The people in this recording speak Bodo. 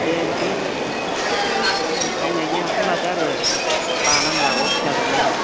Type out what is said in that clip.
दे बिदिनो मावनायनि आखायाव लादो आरो बानांला अलसिया जानाङा